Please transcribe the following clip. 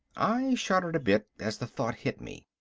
i shuddered a bit as the thought hit me.